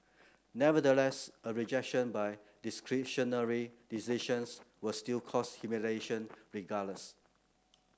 nevertheless a rejection by discretionary decisions will still cause humiliation regardless